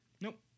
Nope